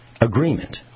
agreement